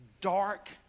dark